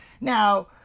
Now